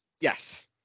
Yes